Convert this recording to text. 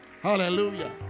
Hallelujah